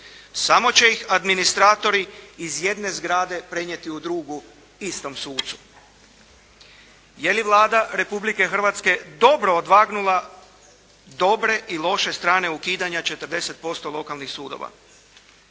Samo će ih administratori iz jedne zgrade prenijeti u drugu istom sucu. Je li Vlada Republike Hrvatske dobro odvagnula dobre i loše strane ukidanja 40% lokalnih sudova.